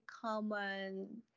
common